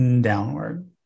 downward